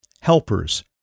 helpers